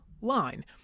line